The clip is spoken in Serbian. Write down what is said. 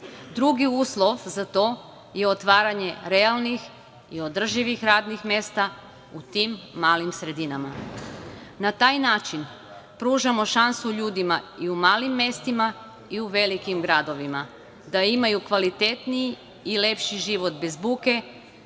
Drugi uslov za to je otvaranje realnih i održivih radnih mesta u tim malim sredinama. Na taj način pružamo šansu ljudima i u malim mestima i u velikim gradovima da imaju kvalitetniji i lepši život bez buke,